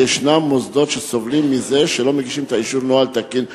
כי יש מוסדות שסובלים מזה שלא מגישים את אישור הנוהל התקין,